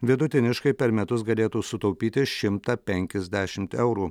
vidutiniškai per metus galėtų sutaupyti šimtą penkiasdešimt eurų